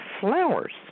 flowers